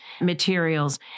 materials